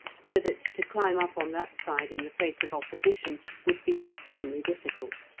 so that to climb up on that side in the face of opposition would be extremely difficult.